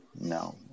No